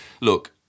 look